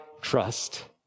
trust